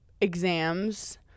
exams